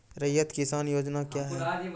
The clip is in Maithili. रैयत किसान योजना क्या हैं?